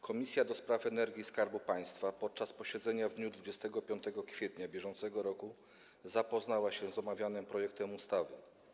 Komisja do Spraw Energii i Skarbu Państwa podczas posiedzenia w dniu 25 kwietnia br. zapoznała się z omawianym projektem ustawy.